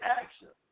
action